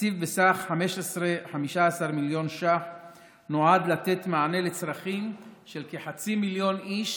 תקציב בסך 15 מיליון ש"ח נועד לתת מענה לצרכים של כחצי מיליון איש